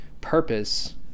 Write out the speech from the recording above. purpose